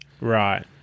Right